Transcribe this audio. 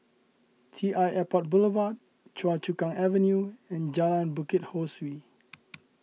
T I Airport Boulevard Choa Chu Kang Avenue and Jalan Bukit Ho Swee